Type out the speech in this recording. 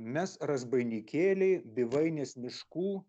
mes razbainikėliai bivainės miškų